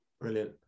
Brilliant